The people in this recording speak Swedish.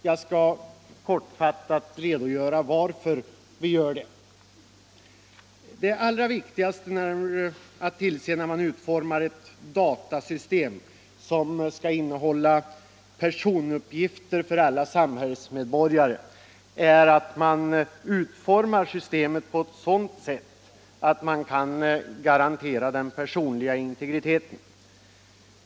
Jag skall kortfattat redogöra för anledningen till att vi gör detta. Det allra viktigaste att tillse när man utformar ett datasystem som skall innehålla personuppgifter för alla samhällsmedborgare är att man utformar systemet på ett sådant sätt att man kan garantera den personliga integriteten.